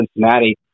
Cincinnati